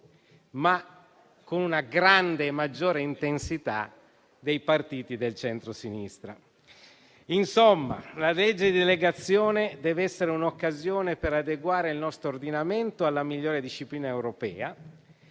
ma con una grande e maggiore intensità dei partiti del centrodestra. Insomma, la legge di delegazione deve essere un'occasione per adeguare il nostro ordinamento alla migliore disciplina europea,